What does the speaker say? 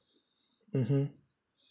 mmhmm